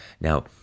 Now